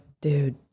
dude